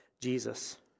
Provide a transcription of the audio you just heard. Jesus